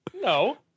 No